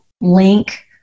link